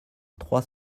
trois